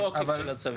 כמה זמן?